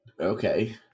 okay